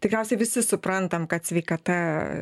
tikriausiai visi suprantam kad sveikata